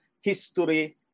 history